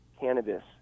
cannabis